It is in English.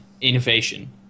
innovation